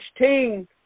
16